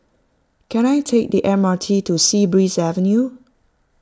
can I take the M R T to Sea Breeze Avenue